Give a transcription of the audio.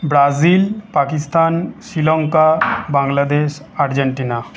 Brazil Pakistan Sri Lanka Bangladesh Argentina